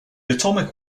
atomic